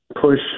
push